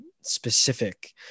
specific